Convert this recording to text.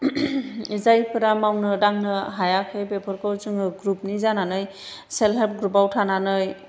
जायफोरा मावनो दांनो हायाखै बेफोरखौ जोङो ग्रुपनि जानानै सेल्फ हेल्प ग्रुपाव थानानै